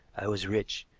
i was rich,